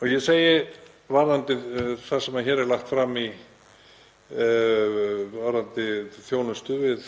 á milli. Varðandi það sem hér er lagt fram í þjónustu við